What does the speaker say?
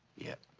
yet.